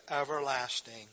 everlasting